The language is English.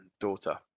daughter